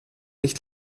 nicht